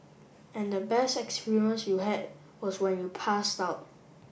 and the best experience you had was when you passed out